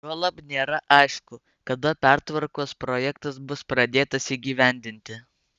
juolab nėra aišku kada pertvarkos projektas bus pradėtas įgyvendinti